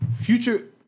Future